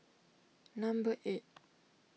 number eight